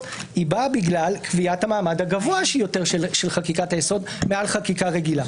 באה בגלל קביעת המעמד הגבוה יותר של חקיקת היסוד מעל חקיקה רגילה.